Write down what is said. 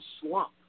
slump